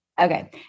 Okay